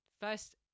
First